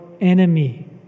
enemy